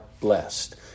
blessed